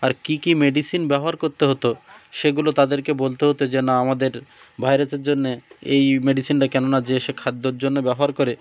আর কী কী মেডিসিন ব্যবহার করতে হতো সেগুলো তাদেরকে বলতে হতো যে না আমাদের ভাইরাসের জন্যে এই মেডিসিনটা কেননা যে সে খাদ্যর জন্য ব্যবহার করে